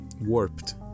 warped